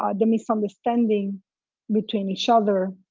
ah the misunderstanding between each other,